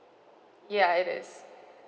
ya it is